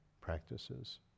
practices